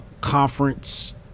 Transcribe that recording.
Conference